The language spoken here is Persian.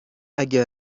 اگه